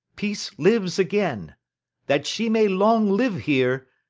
peace lives again that she may long live here,